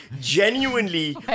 genuinely